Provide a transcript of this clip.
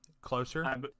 Closer